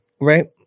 right